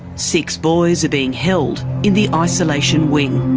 six boys are being held in the isolation wing.